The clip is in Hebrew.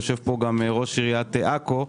יושב פה גם ראש עיריית עכו,